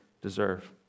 deserve